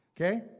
Okay